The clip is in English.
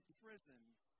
prisons